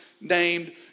named